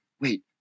wait